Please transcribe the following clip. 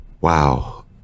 Wow